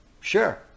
sure